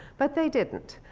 but they didn't.